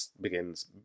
begins